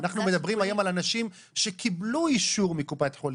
אנחנו מדברים היום על אנשים שקיבלו אישור מקופת החולים,